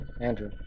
Andrew